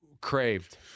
craved